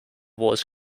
was